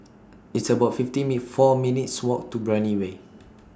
It's about fifty four minutes' Walk to Brani Way